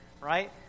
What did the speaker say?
right